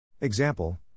Example